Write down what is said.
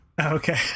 okay